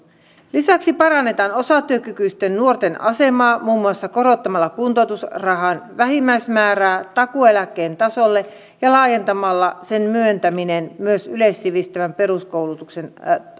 lisäksi parannetaan osatyökykyisten nuorten asemaa muun muassa korottamalla kuntoutusrahan vähimmäismäärää takuueläkkeen tasolle ja laajentamalla sen myöntäminen myös yleissivistävän peruskoulutuksen